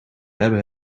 hebben